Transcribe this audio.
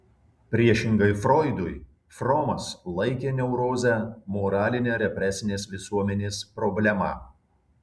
priešingai froidui fromas laikė neurozę moraline represinės visuomenės problema